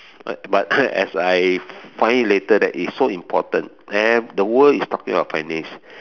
but but as I find it later that it's so important e~ the world is talking about finance